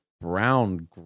Brown